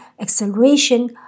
acceleration